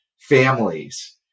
families